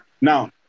Now